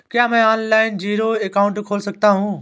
क्या मैं online zero account खोल सकता हूँ?